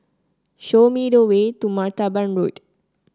show me the way to Martaban Road